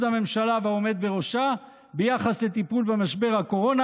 הממשלה והעומד בראשה בטיפול במשבר הקורונה,